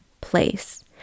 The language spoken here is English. place